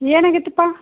ಏನು ಆಗೆತಿಪಾ